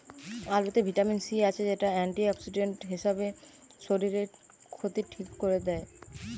আলুতে vitamin C আছে, যেটা অ্যান্টিঅক্সিডেন্ট হিসাবে শরীরের ক্ষতি ঠিক কোরে দেয়